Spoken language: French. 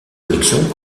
collections